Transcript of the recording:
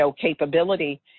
capability